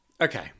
Okay